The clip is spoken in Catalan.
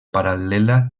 paral·lela